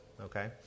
okay